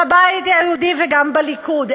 בבית היהודי וגם בליכוד.